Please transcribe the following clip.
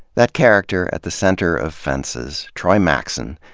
that character at the center of fences, troy maxson,